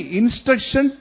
instruction